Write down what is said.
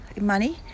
money